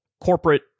corporate